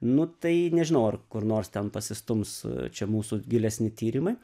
nu tai nežinau ar kur nors ten pasistums čia mūsų gilesni tyrimai